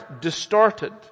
distorted